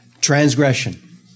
Transgression